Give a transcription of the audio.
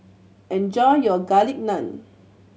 enjoy your Garlic Naan